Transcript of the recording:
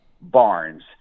Barnes